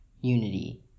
Unity